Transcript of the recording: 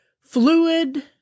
fluid